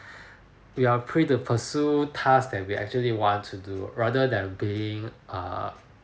we are free to pursue task that we actually want to do rather than being err